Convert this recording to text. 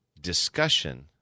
discussion